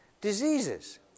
diseases